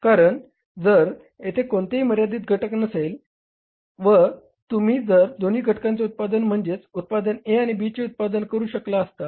कारण जर येथे कोणतेही मर्यादित घटक नसले असते तर तुम्ही दोन्ही घटकांचे उत्पादन म्हणजेच उत्पादन A आणि B चे उत्पादन करू शकला असता